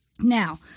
Now